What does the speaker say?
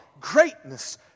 Greatness